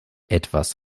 etwas